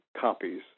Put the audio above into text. copies